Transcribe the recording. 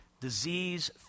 Disease